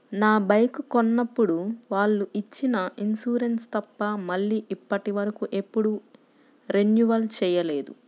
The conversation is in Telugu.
నా బైకు కొన్నప్పుడు వాళ్ళు ఇచ్చిన ఇన్సూరెన్సు తప్ప మళ్ళీ ఇప్పటివరకు ఎప్పుడూ రెన్యువల్ చేయలేదు